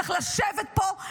צריך לשבת פה,